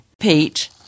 Pete